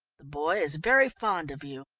the boy is very fond of you.